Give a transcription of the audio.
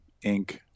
Inc